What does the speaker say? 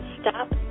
stop